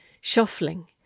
Shuffling